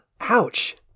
Ouch